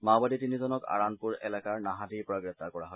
মাওবাদী তিনিজনক আৰানপুৰ এলেকাৰ নাহাদীৰ পৰা গ্ৰেপ্তাৰ কৰা হয়